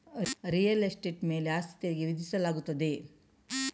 real estate ಮೇಲೆ ಆಸ್ತಿ ತೆರಿಗೆ ವಿಧಿಸಲಾಗುತ್ತದೆ